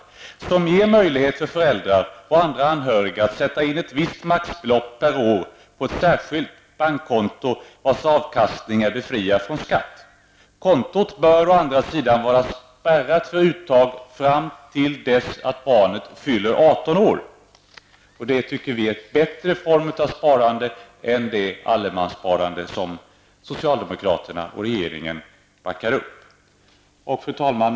Detta sparande ger möjlighet för föräldrar och andra anhöriga att sätta in ett visst maximerat belopp per år på ett särskilt bankkonto, vars avkastning är befriad från skatt. Kontot bör i stället vara spärrat för uttag fram till dess att barnet fyller 18 år. Detta är en bättre form av sparande än det förslag till ändringar i allemanssparandet som socialdemokraterna och regeringen står bakom. Fru talman!